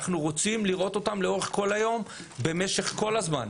אנחנו רוצים לראות אותן לאורך כל היום במשך כל הזמן.